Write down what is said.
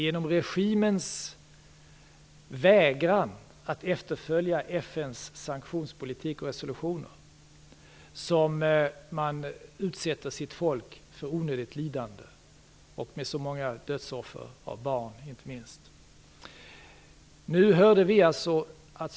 Genom regimens vägran att efterfölja FN:s sanktionspolitik och resolutioner utsätter man sitt folk för onödigt lidande, med många dödsoffer, inte minst bland barn.